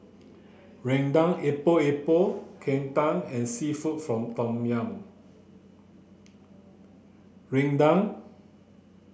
Rendang Epok Epok Kentang and seafood from tom yum Rendang